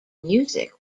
music